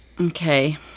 Okay